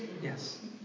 Yes